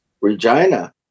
regina